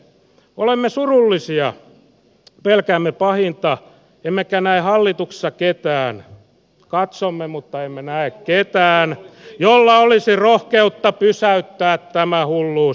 olemme surullisia pelkäämme pahinta emmekä näe hallituksessa ketään katsomme mutta emme näe ketään jolla olisi rohkeutta pysäyttää tämä hulluus